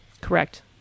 Correct